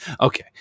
Okay